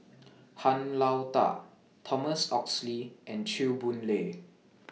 Han Lao DA Thomas Oxley and Chew Boon Lay